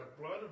blood